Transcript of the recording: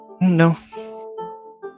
No